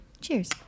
Cheers